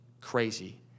crazy